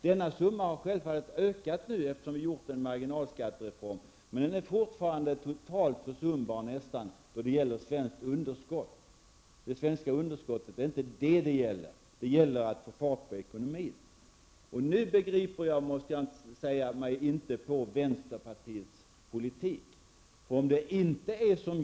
Denna summa har självfallet ökat nu, eftersom det har genomförts en marginalskattereform, men summan är fortfarande nästan totalt försumbar när det gäller svenskt underskott. Det handlar inte om det svenska underskottet, utan om att få fart på den svenska ekonomin. Jag måste säga att jag inte begriper mig på vänsterpartiets politik.